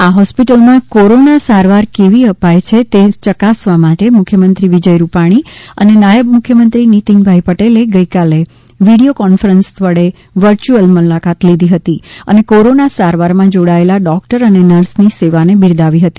આ હોસ્પિટલમાં કોરોના સારવાર કેવી અપાય છે તે ચકાસવા માટે મુખ્યમંત્રી વિજય રૂપાણી અને નાયબ મુખ્યમંત્રી નીતીનભાઈ પટેલે ગઈકાલે વિડીયો કોન્ફરન્સ વડે વર્ચ્યુઅલ મુલાકાત લીધી હતી અને કોરોના સારવારમાં જોડાયેલા ડોક્ટર અને નર્સની સેવાને બિરદાવી હતી